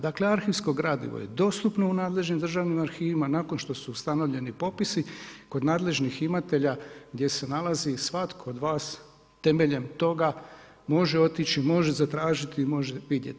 Dakle arhivsko gradivo je dostupno u nadležnim državnim arhivima, nakon što su ustanovljeni popisi, kod nadležnih imatelja gdje se nalazi svatko od vas temeljem toga može otići, može zatražiti, može vidjeti.